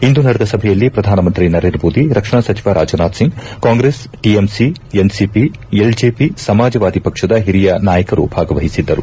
ಇಂದು ನಡೆದ ಸಭೆಯಲ್ಲಿ ಶ್ರಧಾನಮಂತ್ರಿ ನರೇಂದ್ರ ಮೋದಿ ರಕ್ಷಣಾ ಸಚಿವ Rajnath Singh Congress TMC NCP LJP Samajwadi ಪಕ್ಷದ ಹಿರಿಯ ನಾಯಕರು ಭಾಗವಹಿಸಿದ್ದರು